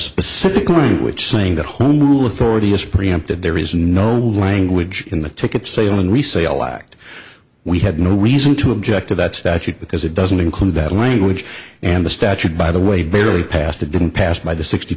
specific language saying that home rule authority is preempted there is no language in the ticket sale in resale act we had no reason to object to that statute because it doesn't include that language and the statute by the way barely passed it didn't pass by the sixty